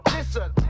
Listen